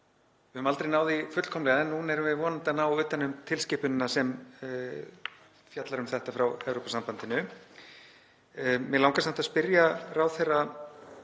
Við höfum aldrei náð því fullkomlega en núna erum við vonandi að ná utan um tilskipunina sem fjallar um þetta frá Evrópusambandinu. Mig langar samt að spyrja ráðherra